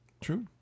True